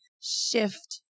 shift